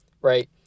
Right